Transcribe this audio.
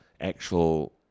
actual